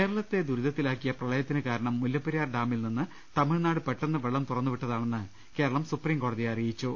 കേരളത്തെ ദുരിതത്തിലാക്കിയ പ്രളയത്തിന് കാരണം മുല്ലപ്പെരി യാർ ഡാമിൽ നിന്ന് തമിഴ്നാട് പെട്ടെന്ന് വെള്ളം തുറന്നു വിട്ടതാ ണെന്ന് കേരളം സുപ്രീംകോടതിയെ അറിയിച്ചു